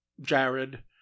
Jared